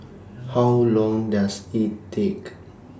How Long Does IT